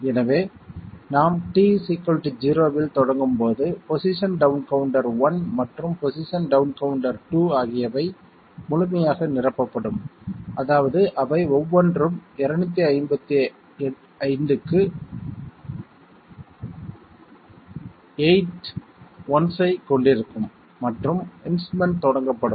எனவே நாம் t 0 இல் தொடங்கும் போது பொசிஷன் டவுண் கவுண்டர் 1 மற்றும் பொசிஷன் டவுண் கவுண்டர் 2 ஆகியவை முழுமையாக நிரப்பப்படும் அதாவது அவை ஒவ்வொன்றும் 255 க்கு 8 1ஸ்ஐக் கொண்டிருக்கும் மற்றும் இன்ஸ்ட்ரூமென்ட் தொடங்கப்படும்